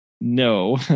No